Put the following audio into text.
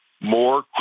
more